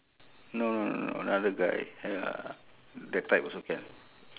no no no another guy ya that type also can